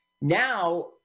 Now